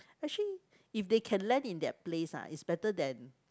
actually if they can land in that place ah it's better than